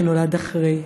שנולד אחרי.